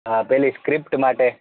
હા પેલી સ્ક્રિપ્ટ માટે